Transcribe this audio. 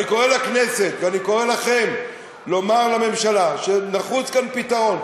אני קורא לכנסת ואני קורא לכם לומר לממשלה שנחוץ כאן פתרון.